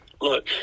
look